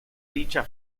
dicha